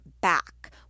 back